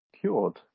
cured